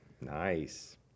Nice